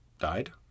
died